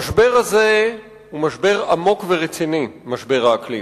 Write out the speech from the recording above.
המשבר הזה הוא משבר עמוק ורציני, משבר האקלים.